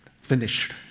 finished